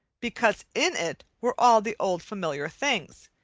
because in it were all the old familiar things,